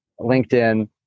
LinkedIn